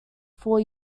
four